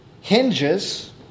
hinges